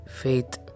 faith